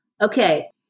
Okay